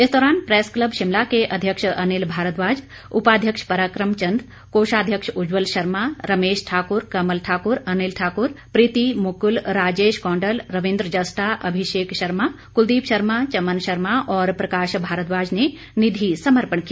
इस दौरान press club Shimla के अध्यक्ष अनिल भारद्वाज उपाध्यक्ष पराक्रम चन्द कोषाध्यक्ष उज्जवल शर्मा रमेश ठाकुर कमल ठाकुर अनिल ठाकुर प्रीति मुकुल राजेश कौंडल रविन्द्र जस्टा अमिषेक शर्मा कुलदीप शर्मा चमन शर्मा और प्रकाश भारद्वाज ने निधि समर्पण किया